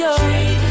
tree